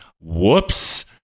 Whoops